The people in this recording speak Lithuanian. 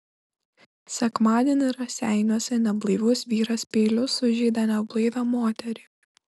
sekmadienį raseiniuose neblaivus vyras peiliu sužeidė neblaivią moterį